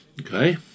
Okay